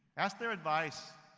ask their advice.